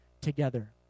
together